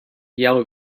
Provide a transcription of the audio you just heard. yellow